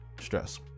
stress